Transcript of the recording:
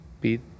beat